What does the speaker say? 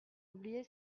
oublier